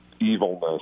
evilness